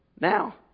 Now